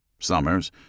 Summers